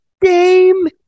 Game